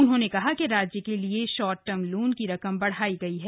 उन्होंने कहा कि राज्य के लिये शॉर्ट टर्म लोन की रकम बढ़ाई गई है